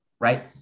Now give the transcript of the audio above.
right